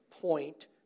point